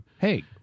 Hey